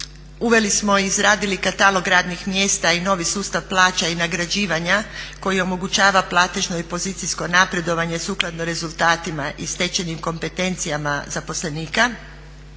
Uveli smo i izradili katalog radnih mjesta i novi sustav plaća i nagrađivanja koji omogućava platežno i pozicijsko napredovanje sukladno rezultatima i stečenim kompetencijama zaposlenika